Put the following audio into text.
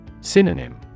Synonym